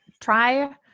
Try